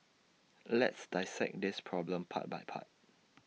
let's dissect this problem part by part